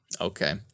Okay